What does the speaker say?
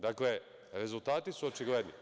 Dakle, rezultati su očigledni.